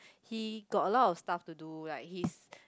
he got a lot of stuff to do like his